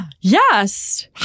Yes